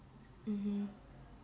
mmhmm